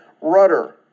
rudder